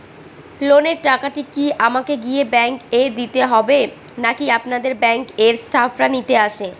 লোনের টাকাটি কি আমাকে গিয়ে ব্যাংক এ দিতে হবে নাকি আপনাদের ব্যাংক এর স্টাফরা নিতে আসে?